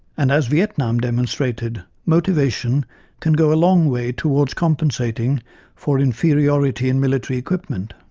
and as vietnam demonstrated, motivation can go a long way toward compensation for inferiority in military equipment.